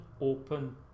open